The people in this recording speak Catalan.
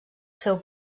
seu